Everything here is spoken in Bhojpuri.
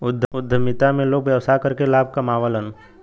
उद्यमिता में लोग व्यवसाय करके लाभ कमावलन